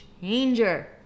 changer